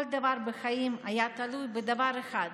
כל דבר בחיים היה תלוי בדבר אחד: